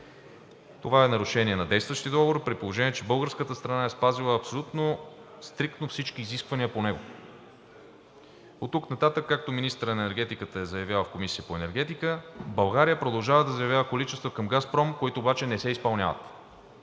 Това е нарушение на действащия договор, при положение че българската страна е спазила абсолютно стриктно всички изисквания по него. Оттук нататък, както министърът на енергетиката е заявявал в Комисията по енергетика – България продължава да заявява количества към „Газпром“, които обаче не се изпълняват.